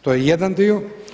To je jedan dio.